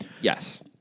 yes